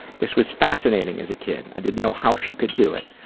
this was fascinating as a kid, i didn't know how she could do it.